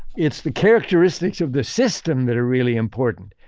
it's the characteristics of the system that are really important.